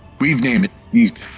we've named it err.